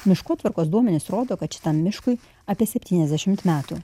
miškotvarkos duomenys rodo kad šitam miškui apie septyniasdešimt metų